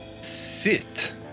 sit